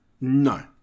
No